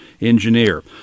engineer